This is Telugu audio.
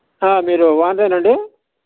మీరు ఓనరేనా అండి